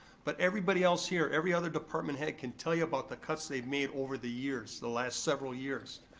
but everybody else here, every other department head can tell you about the cuts they made over the years, the last several years.